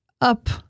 up